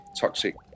Toxic